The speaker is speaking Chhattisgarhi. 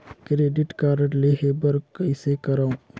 क्रेडिट कारड लेहे बर कइसे करव?